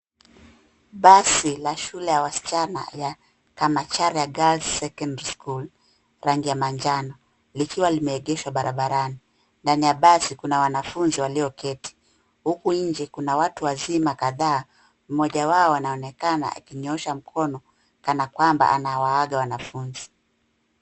Basi la shule ya wasichana ya kamacharia girls secondary school , rangi ya manjano likiwa limeegeshwa barabarani. Ndani ya basi kuna wanafunzi walioketi .Huku nje kuna watu wazima kadhaa, mmoja wao anaonekana akinyoosha mkono, kana kwamba anawaaga wanafunzi.